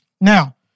Now